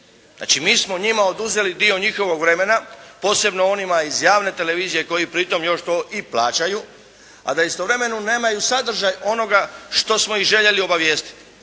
Znači mi smo njima oduzeli dio njihovog vremena posebno onima iz javne televizije koji pritom još to i plaćaju, a da istovremeno nemaju sadržaj onoga što smo ih željeli obavijestiti.